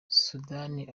sudani